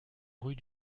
rue